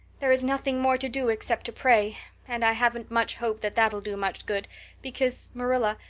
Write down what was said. there is nothing more to do except to pray and i haven't much hope that that'll do much good because, marilla,